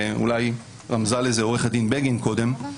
ואולי רמזה לזה עורכת הדין בגין קודם,